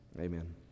amen